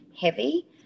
heavy